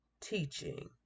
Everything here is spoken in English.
teaching